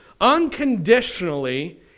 unconditionally